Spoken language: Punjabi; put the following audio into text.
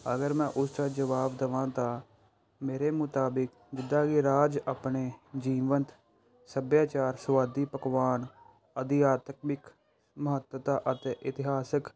ਅਗਰ ਮੈਂ ਉਸਦਾ ਜਵਾਬ ਦੇਵਾਂ ਤਾਂ ਮੇਰੇ ਮੁਤਾਬਿਕ ਜਿੱਦਾਂ ਕਿ ਰਾਜ ਆਪਣੇ ਜੀਵਨ ਸੱਭਿਆਚਾਰ ਸੁਆਦੀ ਪਕਵਾਨ ਅਧਿਆਤਕਮਿਕ ਮਹੱਤਤਾ ਅਤੇ ਇਤਿਹਾਸਿਕ